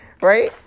right